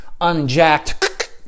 unjacked